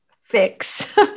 Fix